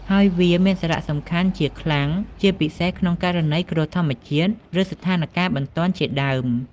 ហើយវាមានសារៈសំខាន់ជាខ្លាំង ជាពិសេសក្នុងករណីគ្រោះធម្មជាតិ ឬស្ថានការណ៍បន្ទាន់ជាដើម។